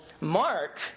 Mark